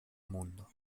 mundo